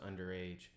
underage